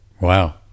Wow